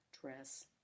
dress